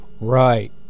Right